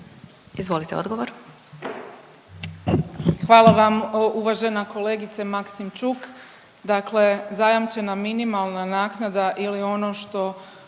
Majda (HDZ)** Hvala vam uvažena kolegice Maksimčuk. Dakle, zajamčena minimalna naknada ili ono što